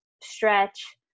stretch